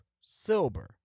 silver